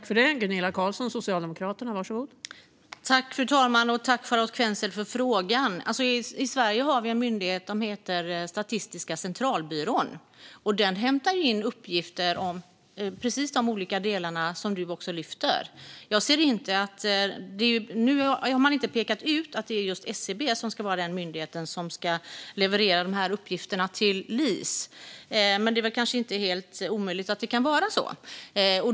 Fru talman! Jag tackar Charlotte Quensel för frågan. I Sverige har vi en myndighet som heter Statistiska centralbyrån, och den hämtar in uppgifter om precis det som du tar upp, Charlotte Quensel. Nu har man inte pekat ut just SCB som den myndighet som ska leverera dessa uppgifter till LIS, men det är kanske inte helt omöjligt att det kan bli så.